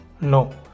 No